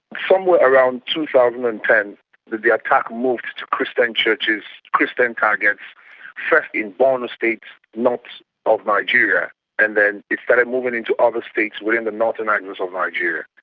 somewhere around two thousand and ten the the attack moved christian churches, christian targets. first in borno state north of nigeria and then it started moving into other states within the northern axis of nigeria.